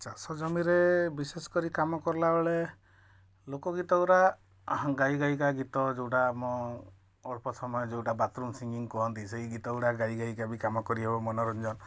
ଚାଷ ଜମିରେ ବିଶେଷ କରି କାମ କର୍ଲାବେଳେ ଲୋକଗୀତ ଗୁଡ଼ା ଗାଇ ଗାଇ କା ଗୀତ ଯେଉଁଟା ଆମ ଅଳ୍ପ ସମୟ ଯେଉଁଟା ବାଥରୂମ ସିଂଗିଙ୍ଗ କୁହନ୍ତି ସେଇ ଗୀତା ଗୁଡ଼ା ଗାଇ ଗାଇକା ବି କାମ କରି ହବ ମନୋରଞ୍ଜନ